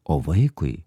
o vaikui